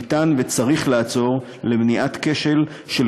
ניתן וצריך לעצור לשם מניעת כשל של